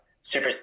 super